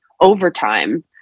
overtime